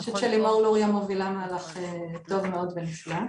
אני חושבת שלימור לוריא מובילה מהלך טוב מאוד ונפלא,